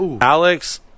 Alex